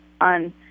on